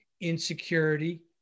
insecurity